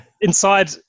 Inside